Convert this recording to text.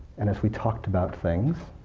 and as we talked about things,